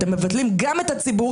אתם מבטלים גם את הציבור,